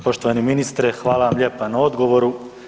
Poštovani ministre, hvala vam lijepa na odgovoru.